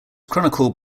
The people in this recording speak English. chronicled